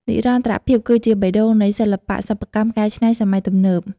និរន្តរភាពគឺជាបេះដូងនៃសិល្បៈសិប្បកម្មកែច្នៃសម័យទំនើប។